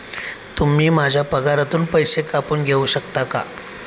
तुम्ही माझ्या पगारातून पैसे कापून घेऊ शकता का?